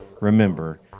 remember